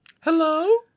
Hello